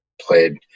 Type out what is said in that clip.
played